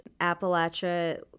Appalachia